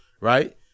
Right